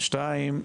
שתיים,